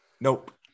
Nope